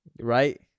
Right